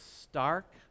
stark